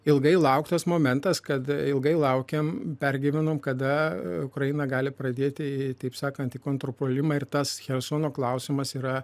ilgai lauktas momentas kad ilgai laukiam pergyvenom kada ukraina gali pradėti taip sakant į kontrpuolimą ir tas chersono klausimas yra